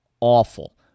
awful